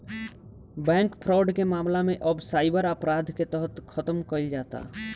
bank fraud के मामला के अब साइबर अपराध के तहत खतम कईल जाता